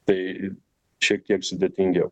tai šiek tiek sudėtingiau